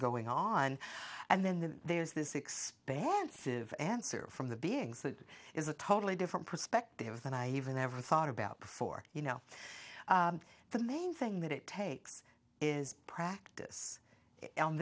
going on and then the there's this expansive answer from the beings that is a totally different perspective than i even ever thought about before you know the main thing that it takes is practice on